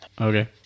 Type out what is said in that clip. Okay